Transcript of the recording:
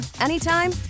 anytime